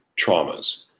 traumas